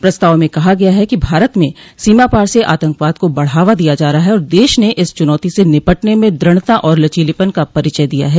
प्रस्ताव में कहा गया है कि भारत में सीमापार से आतंकवाद को बढ़ावा दिया जा रहा है और देश ने इस चुनौती से निपटने में द्रढ़ता और लचीलेपन का परिचय दिया है